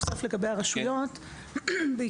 אם אפשר משהו נוסף לגבי הרשויות: בעקרון,